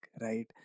Right